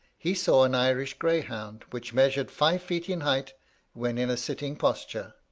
he saw an irish greyhound, which measured five feet in height when in a sitting posture,